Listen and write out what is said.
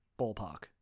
ballpark